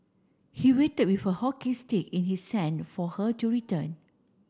he waited with a hockey stick in his send for her to return